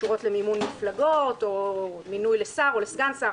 שקשורות למימון מפלגות או למינוי לשר או לסגן שר.